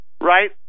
Right